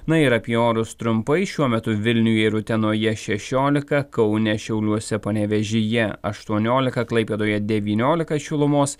na ir apie orus trumpai šiuo metu vilniuje ir utenoje šešiolika kaune šiauliuose panevėžyje aštuoniolika klaipėdoje devyniolika šilumos